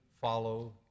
follow